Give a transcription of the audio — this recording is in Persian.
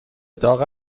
داغ